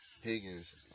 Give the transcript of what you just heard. Higgins